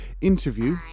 interview